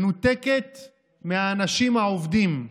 מנותקת מהאנשים העובדים,